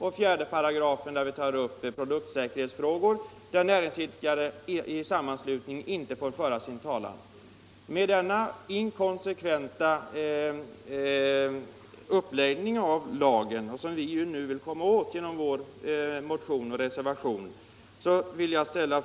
I 4 § tas produktsäkerhetsfrågor upp, och där får näringsidkare i sammanslutning inte föra sin talan. Det är denna inkonsekventa uppläggning av lagen som vi nu vill komma åt med vår motion och reservation. Jag vill